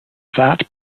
that